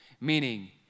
meaning